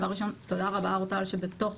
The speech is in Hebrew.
דבר ראשון, תודה רבה אורטל, שבתוך